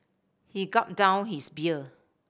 he gulped down his beer